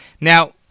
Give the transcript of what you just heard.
Now